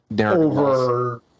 over